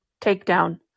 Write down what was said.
takedown